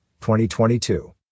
2022